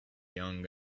young